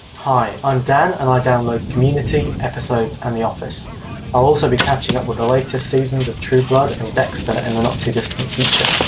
hi, i'm dan and i download community, episodes and the office. i'll also be catching up with the latest seasons of true blood and dexter in the not-too-distant future.